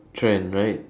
trend right